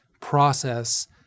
process